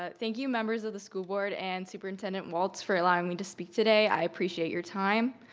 ah thank you, members of the school board, and superintendent walts for allowing me to speak today, i appreciate your time.